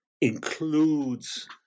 includes